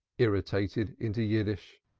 irritated into yiddish,